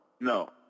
No